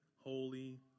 holy